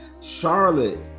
Charlotte